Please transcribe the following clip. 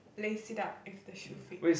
lace it up if the shoe fits